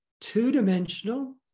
two-dimensional